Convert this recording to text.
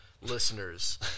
listeners